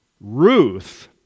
Ruth